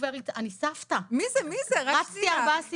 סיבובי ריצה.." אני סבתא! רצתי ארבעה סיבובים.